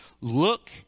Look